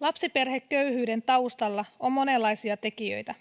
lapsiperheköyhyyden taustalla on monenlaisia tekijöitä